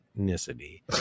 ethnicity